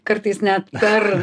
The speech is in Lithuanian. kartais net per